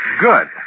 Good